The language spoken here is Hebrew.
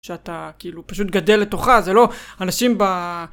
שאתה, כאילו, פשוט גדל לתוכה, זה לא- אנשים ב...